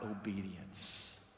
obedience